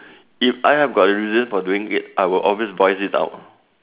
if I have got a reason for doing it I will always voice it out